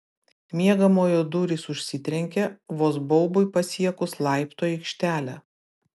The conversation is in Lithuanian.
miegamojo durys užsitrenkė vos baubui pasiekus laiptų aikštelę